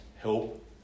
help